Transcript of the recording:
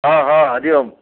हा हा हरि ओम